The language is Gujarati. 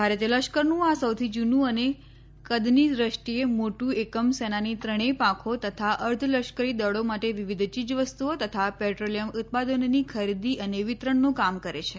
ભારતીય લશ્કરનું આ સૌથી જૂનું અને કદની દૃષ્ટિએ મોટું એકમ સેનાની ત્રણેય પાંખો તથા અર્ધ લશ્કરી દળો માટે વિવિધ ચીજવસ્તુઓ તથા પેટ્રોલિયમ ઉત્પાદનોની ખરીદી અને વિતરણનું કામ કરે છે